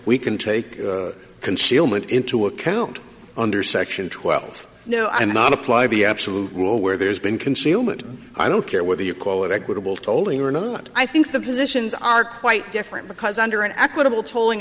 we can take concealment into account under section twelve no i'm not apply the absolute rule where there's been concealment i don't care whether you call it equitable tolling or not i think the positions are quite different because under an equitable tolling